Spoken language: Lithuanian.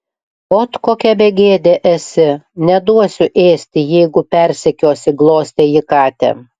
ot kokia begėdė esi neduosiu ėsti jeigu persekiosi glostė ji katę